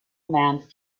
manned